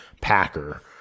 Packer